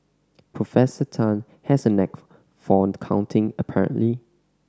Professor Tan has a knack for the counting apparently